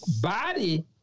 body